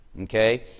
Okay